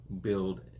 build